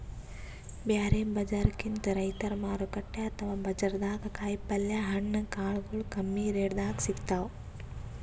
ಬ್ಯಾರೆ ಬಜಾರ್ಕಿಂತ್ ರೈತರ್ ಮಾರುಕಟ್ಟೆ ಅಥವಾ ಬಜಾರ್ದಾಗ ಕಾಯಿಪಲ್ಯ ಹಣ್ಣ ಕಾಳಗೊಳು ಕಮ್ಮಿ ರೆಟೆದಾಗ್ ಸಿಗ್ತಾವ್